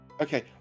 okay